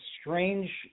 strange